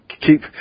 Keep